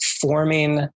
forming